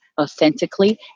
authentically